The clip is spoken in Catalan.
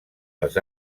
les